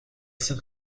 cinq